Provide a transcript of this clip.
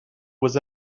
was